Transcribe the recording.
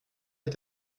est